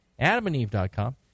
adamandeve.com